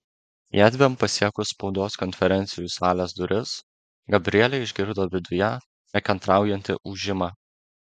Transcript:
jiedviem pasiekus spaudos konferencijų salės duris gabrielė išgirdo viduje nekantraujantį ūžimą